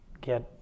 get